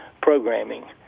programming